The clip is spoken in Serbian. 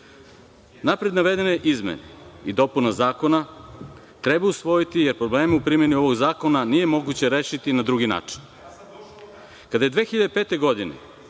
navedene izmene i dopuna zakona treba usvojiti jer problemi u primeni ovog zakona nije moguće rešiti na drugi način. Kada je 2005. godine